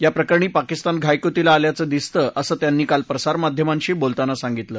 याप्रकरणी पाकिस्तान घायकुतीला आल्याचं दिसतं असं त्यांनी काल प्रसारमाध्यमांशी बोलताना सांगितलं